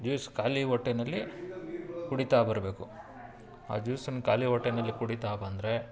juice ಖಾಲಿ ಹೊಟ್ಟೆನಲ್ಲಿ ಕುಡಿತಾ ಬರಬೇಕು ಆ ಜ್ಯೂಸನ್ನು ಖಾಲಿ ಹೊಟ್ಟೆನಲ್ಲಿ ಕುಡಿತಾ ಬಂದರೆ